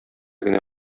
генә